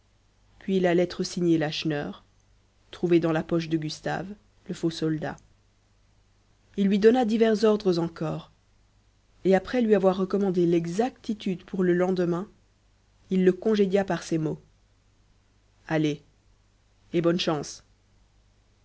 puis la lettre signée lacheneur trouvée dans la poche de gustave le faux soldat il lui donna divers ordres encore et après lui avoir recommandé l'exactitude pour le lendemain il le congédia par ces mots allez et bonne chance